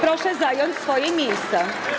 Proszę zająć swoje miejsca.